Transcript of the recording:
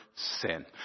Sin